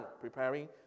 preparing